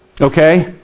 Okay